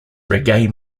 reggae